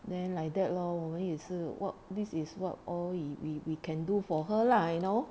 then like that lor 我们也是 [what] this is what all we can do for her lah you know